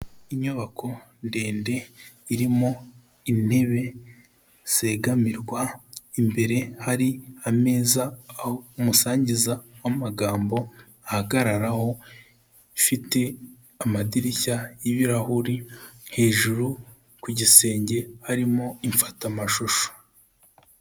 Inyubako ndende irimo intebe zegamirwa, imbere hari ameza aho umusangiza w'amagambo ahagararaho, ifite amadirishya y'ibirahuri, hejuru ku gisenge harimo imfatamashusho.